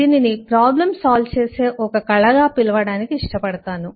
దీనిని problem solve చేసే ఒక కళగా పిలవడానికి ఇష్టపడతాను